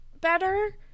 better